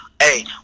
Hey